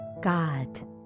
God